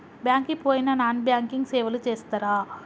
Bank కి పోయిన non banking సేవలు చేస్తరా?